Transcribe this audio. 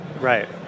Right